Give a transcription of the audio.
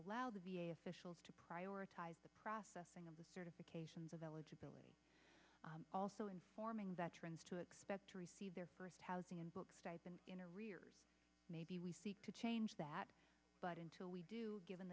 allow the v a officials to prioritize the processing of the certifications of eligibility also informing veterans to expect to receive their first thing in books i've been in arrears maybe we seek to change that but until we do given